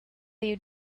you